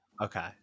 Okay